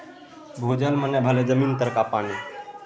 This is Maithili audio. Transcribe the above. भूजल मने भेलै जमीन तरका पानि